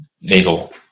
nasal